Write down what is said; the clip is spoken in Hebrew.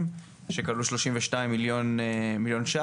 שכללו שלושים ושניים מיליון שקלים.